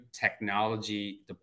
technology